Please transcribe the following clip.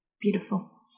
beautiful